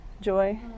joy